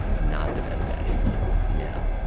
i'm not the best daddy in the world, you know.